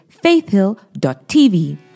faithhill.tv